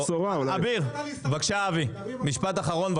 בבקשה אבי, משפט אחרון.